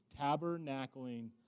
tabernacling